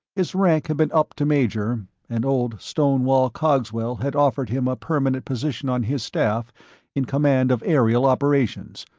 his rank had been upped to major, and old stonewall cogswell had offered him a permanent position on his staff in command of aerial operations,